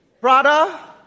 Prada